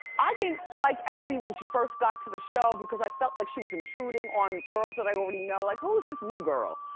i didn't like abby when she first got to the show because i felt like she was intruding on girls that i already know. like, who's this new girl?